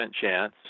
chance